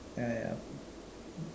ya ya